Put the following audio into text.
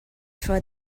for